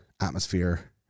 atmosphere